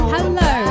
Hello